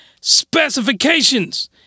specifications